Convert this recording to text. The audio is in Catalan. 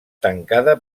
tancada